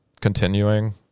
continuing